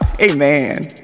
Amen